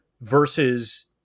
versus